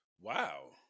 Wow